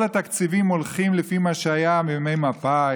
כל התקציבים הולכים לפי מה שהיה בימי מפא"י: